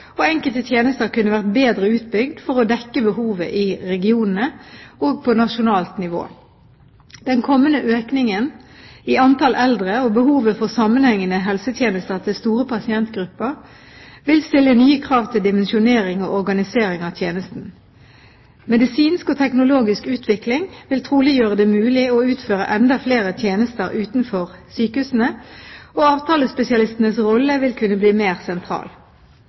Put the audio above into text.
og enkelte tjenester kunne vært bedre utbygd for å dekke behovet i regionene og på nasjonalt nivå. Den kommende økningen i antall eldre og behovet for sammenhengende helsetjenester til store pasientgrupper vil stille nye krav til dimensjonering og organisering av tjenesten. Medisinsk og teknologisk utvikling vil trolig gjøre det mulig å utføre enda flere tjenester utenfor sykehusene, og avtalespesialistenes rolle vil kunne bli mer sentral.